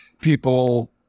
people